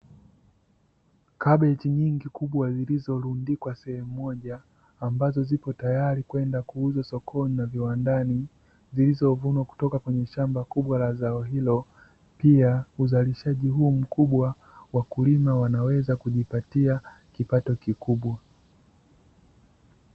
Kabeji nyingi kubwa zilizorundikwa sehemu moja ambazo zipo tayari kwenda kuuzwa sokoni na viwandani zilizovunwa kutoka kwenye shamba kubwa la zao hilo. Pia uzalishaji huu mkubwa wa kulima wanaweza kujipatia kipato kikubwa.